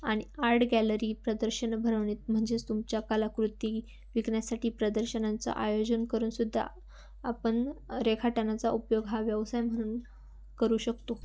आणि art gallery प्रदर्शन भरवणे म्हणजेच तुमच्या कलाकृती विकण्यासाठी प्रदर्शनांचं आयोजन करून सुद्धा आपण रेखाटनाचा उपयोग हा व्यवसाय म्हणून करू शकतो